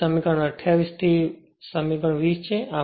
જે સમીકરણ 28 થી સમીકરણ 20 છે